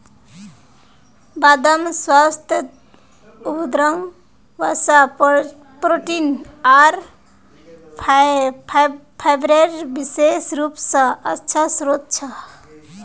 बदाम स्वास्थ्यवर्धक वसा, प्रोटीन आर फाइबरेर विशेष रूप स अच्छा स्रोत छ